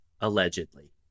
allegedly